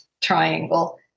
triangle